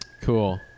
Cool